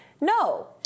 No